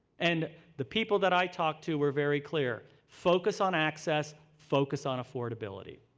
and the people that i talked to were very clear. focus on access. focus on affordability.